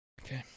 Okay